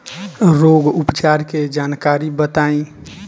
रोग उपचार के जानकारी बताई?